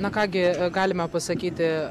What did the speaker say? na ką gi galime pasakyti